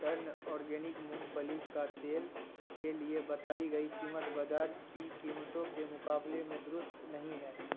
turn organic مونگ پھلی کا تیل کے لیے بتائی گئی قیمت بازار کی قیمتوں کے مقابلے میں درست نہیں ہے